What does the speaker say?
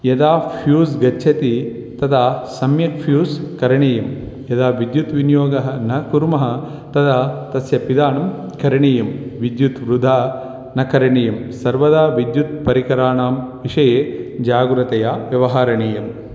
यदा फ़्यूस् गच्छति तदा सम्यक् फ़्यूस् करणीयं यदा विद्युत् विनियोगः न कुर्मः तदा तस्य पिधानं करणीयं विद्युत् वृथा न करणीयं सर्वदा विद्युत् परिकराणां विषये जाग्रतया व्यवहरणीयम्